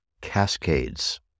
cascades